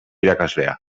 irakaslea